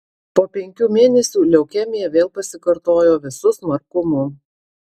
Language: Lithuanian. po penkių mėnesių leukemija vėl pasikartojo visu smarkumu